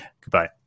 Goodbye